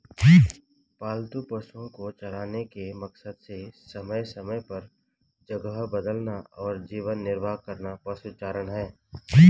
पालतू पशुओ को चराने के मकसद से समय समय पर जगह बदलना और जीवन निर्वाह करना पशुचारण है